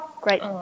great